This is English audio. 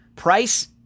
Price